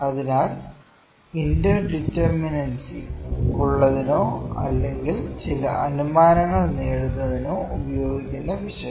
അതിനാൽ inter determinacy ഉള്ളതിനോ അല്ലെങ്കിൽ ചില അനുമാനങ്ങൾ നേടുന്നതിനോ ഉപയോഗിക്കുന്ന പിശക്